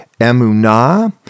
emunah